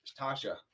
Tasha